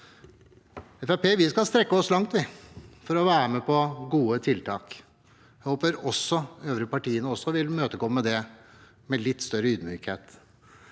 skal strekke oss langt for å være med på gode tiltak. Jeg håper de øvrige partiene også vil imøtekomme det med litt større ydmykhet.